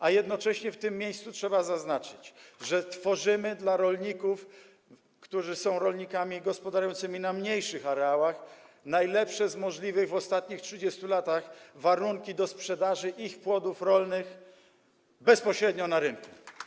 A jednocześnie w tym miejscu trzeba zaznaczyć, że tworzymy dla rolników, którzy są rolnikami gospodarującymi na mniejszych areałach, najlepsze z możliwych w ostatnich 30 latach warunki do sprzedaży ich płodów rolnych bezpośrednio na rynku.